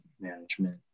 management